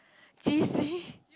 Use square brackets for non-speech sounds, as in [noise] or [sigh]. G_C [laughs]